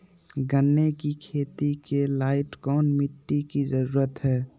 गन्ने की खेती के लाइट कौन मिट्टी की जरूरत है?